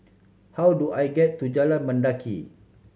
how do I get to Jalan Mendaki